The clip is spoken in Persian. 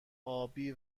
آبی